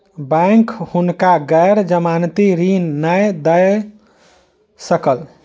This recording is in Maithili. बैंक हुनका गैर जमानती ऋण नै दय सकल